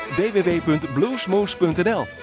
www.bluesmoose.nl